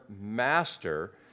master